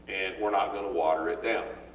we are not going to water it down.